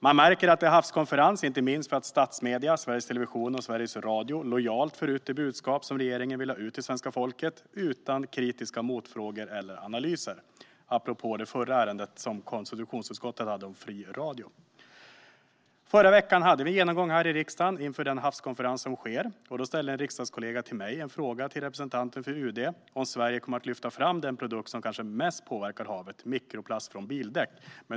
Man märker att det är havskonferens, inte minst för att statsmedierna Sveriges Television och Sveriges Radio lojalt för ut det budskap som regeringen vill ha ut till svenska folket utan kritiska motfrågor eller analyser - apropå det förra ärendet som konstitutionsutskottet hade uppe här om fri radio. Förra veckan hade vi en genomgång här i riksdagen inför den havskonferens som sker. Då ställde en riksdagskollega till mig en fråga till representanten för UD om Sverige kommer att lyfta fram den produkt som kanske mest påverkar havet - mikroplast från bildäck.